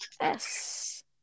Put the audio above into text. Yes